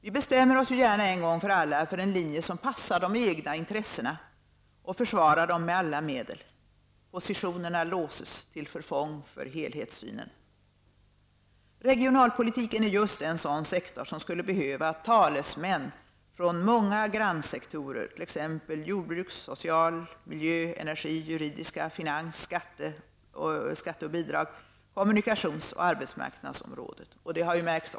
Vi bestämmer oss ju gärna en gång för alla för en linje, som passar de egna intressena och försvarar dem med alla medel. Positionerna låses till förfång för helhetssynen. Regionalpolitiken är just en sektor som skulle behöva talesmän från många grannsektorer, t.ex. från jordbruks-, social-, miljö-, energi-, finans-, skatte-, bidrags-, kommunikations och arbetsmarknadsområdet samt från det juridiska området.